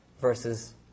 versus